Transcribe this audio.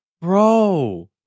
bro